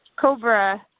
COBRA